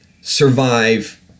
survive